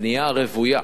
הבנייה הרוויה,